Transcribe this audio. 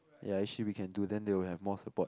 ya actually we can do then they will have more support